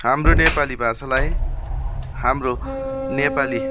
हाम्रो नेपाली भाषालाई हाम्रो नेपाली